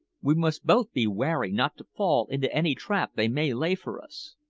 we must both be wary not to fall into any trap they may lay for us.